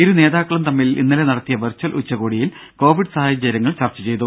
ഇരു നേതാക്കളും തമ്മിൽ ഇന്നലെ നടത്തിയ വെർച്വൽ ഉച്ചകോടിയിൽ കോവിഡ് സാഹചര്യങ്ങൾ ചർച്ച ചെയ്തു